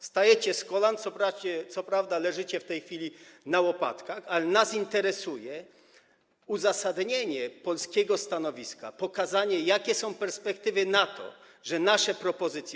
Wstajecie z kolan, co prawda leżycie w tej chwili na łopatkach, ale nas interesuje uzasadnienie polskiego stanowiska, pokazanie, jakie są perspektywy na to, że nasze propozycje.